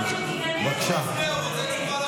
לא מפריע, רוצה תשובה לשאלה.